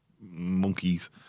monkeys